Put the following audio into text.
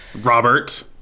Robert